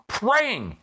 praying